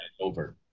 over